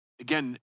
Again